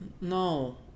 No